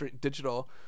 digital